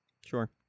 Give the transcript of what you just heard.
Sure